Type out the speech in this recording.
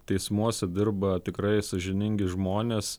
teismuose dirba tikrai sąžiningi žmonės